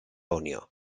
unió